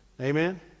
Amen